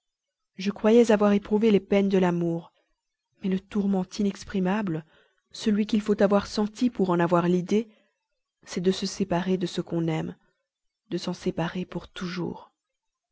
je croyais avoir éprouvé les peines de l'amour hélas je ne le connais presque que par elles mais le tourment inexprimable celui qu'il faut avoir senti pour en avoir l'idée c'est de se séparer de ce qu'on aime de s'en séparer pour toujours